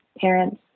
parents